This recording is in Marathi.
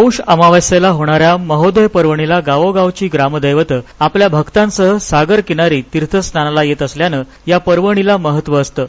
पौष अमावास्येला होणाऱ्या महोदय पर्वणीला गावोगावची ग्रामदैवत आपल्या भक्तांसह सागर किनारी तिर्थस्नानाला येत असल्यानं या पर्वणीला महत्व असतं